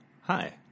Hi